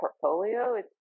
portfolio